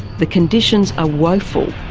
the conditions are woeful.